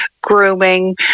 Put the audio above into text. grooming